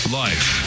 life